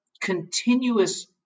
continuous